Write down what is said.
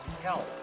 Help